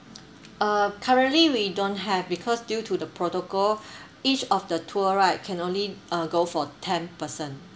uh currently we don't have because due to the protocol each of the tour right can only uh go for ten person